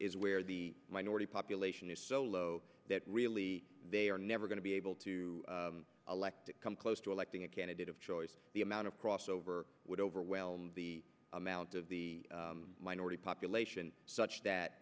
is where the minority population is so low that really they are never going to be able to elect to come close to electing a candidate of choice the amount of crossover would overwhelm the amount of the minority population such that